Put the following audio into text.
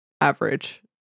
average